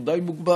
הוא די מוגבל.